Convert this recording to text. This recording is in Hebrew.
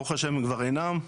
ברוך השם הם כבר אינם,